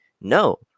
No